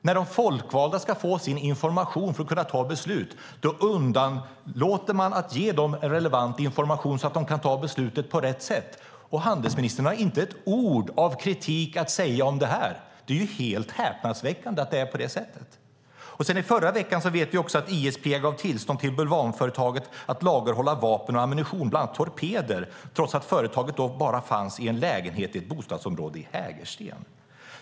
När de folkvalda ska få information för att kunna ta beslut underlåter man att ge dem relevant information så att de kan ta beslutet på rätt sätt. Men handelsministern har inte ett ord av kritik mot detta. Det är helt häpnadsväckande. Sedan i förra veckan vet vi också att ISP gav tillstånd till bulvanföretaget att lagerhålla vapen och ammunition, bland annat torpeder, trots att företaget då bara fanns i en lägenhet i ett bostadsområde i Hägersten.